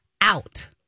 out